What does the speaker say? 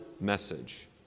message